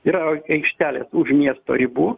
yra aikštelės už miesto ribų